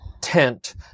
tent